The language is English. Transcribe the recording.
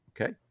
Okay